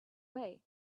way